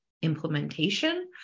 implementation